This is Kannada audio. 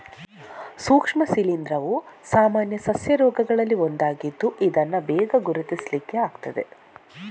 ಸೂಕ್ಷ್ಮ ಶಿಲೀಂಧ್ರವು ಸಾಮಾನ್ಯ ಸಸ್ಯ ರೋಗಗಳಲ್ಲಿ ಒಂದಾಗಿದ್ದು ಇದನ್ನ ಬೇಗ ಗುರುತಿಸ್ಲಿಕ್ಕೆ ಆಗ್ತದೆ